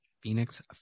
phoenix